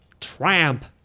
Tramp